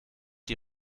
die